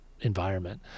environment